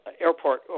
airport